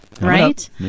right